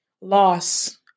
loss